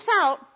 out